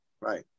Right